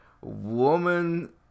Woman